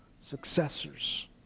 successors